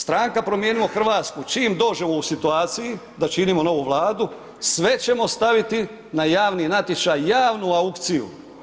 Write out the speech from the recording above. Stranka Promijenimo Hrvatsku čim dođe u ovu situaciju, da činimo novu Vladu, sve ćemo staviti na javni natječaj, javnu aukciju.